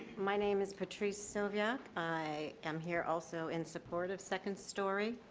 my name is patrice sylvia. i am here also in support of second story.